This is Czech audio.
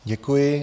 Děkuji.